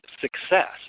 success